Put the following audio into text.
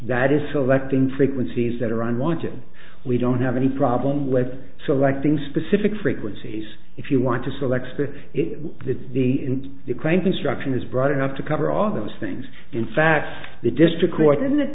that is selecting frequencies that are on wanted we don't have any problem with selecting specific frequencies if you want to select space it is the in the crane construction is broad enough to cover all those things in fact the district court in th